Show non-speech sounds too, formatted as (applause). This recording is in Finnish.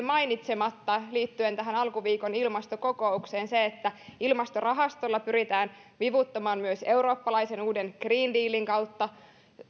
(unintelligible) mainitsematta liittyen tähän alkuviikon ilmastokokoukseen eli että ilmastorahastolla pyritään vivuttamaan myös eurooppalaisen uuden green dealin kautta